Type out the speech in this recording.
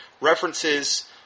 References